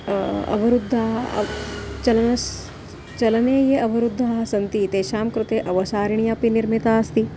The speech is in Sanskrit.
अवरुद्धाः अव चलनस्य चलने ये अवरुद्धाः सन्ति तेषां कृते अवसारिणि अपि निर्मिता अस्ति